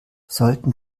sollten